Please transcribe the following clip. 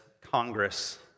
Congress